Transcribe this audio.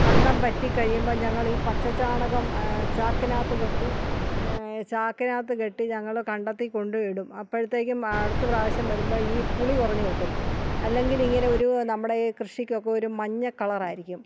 കണ്ടം വറ്റി കഴിയുമ്പം ഞങ്ങൾ ഈ പച്ചച്ചാണകം ചാക്കിനകത്ത് കെട്ടി ചാക്കിനകത്ത് കെട്ടി ഞങ്ങള് കണ്ടത്തിൽ കൊണ്ട് ഇടും അപ്പഴത്തേക്കും മാ അടുത്ത പ്രാവശ്യം വരുമ്പം ഈ പുളി കുറഞ്ഞ് കിട്ടും അല്ലെങ്കിൽ ഇങ്ങനെ ഒരു നമ്മുട് ഈ കൃഷിക്കൊക്കെ ഒരു മഞ്ഞക്കളർ ആയിരിക്കും